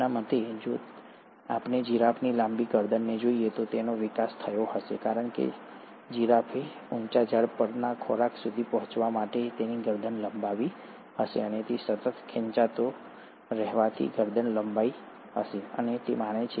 તેમના મતે જો આપણે જિરાફની લાંબી ગરદનને જોઈએ તો તેનો વિકાસ થયો હશે કારણ કે જિરાફે ઊંચા ઝાડ પરના ખોરાક સુધી પહોંચવા માટે તેની ગરદન લંબાવી હશે અને તે સતત ખેંચાતો રહેવાથી ગરદન લંબાઈ હશે અને તે માને છે